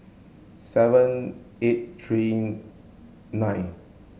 seven eight three nine